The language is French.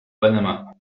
panama